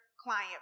client